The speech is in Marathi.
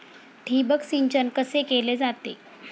ठिबक सिंचन कसे केले जाते?